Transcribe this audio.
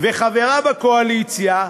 וחברה בקואליציה,